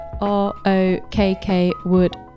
r-o-k-k-wood